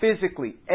physically